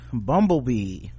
bumblebee